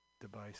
device